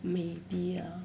maybe lah